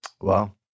Wow